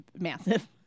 massive